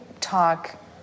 talk